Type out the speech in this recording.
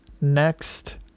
next